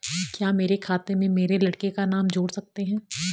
क्या मेरे खाते में मेरे लड़के का नाम जोड़ सकते हैं?